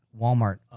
Walmart